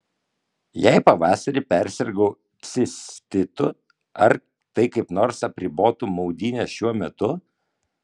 jei pavasarį persirgau cistitu ar tai kaip nors apribotų maudynes šiuo metu